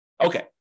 Okay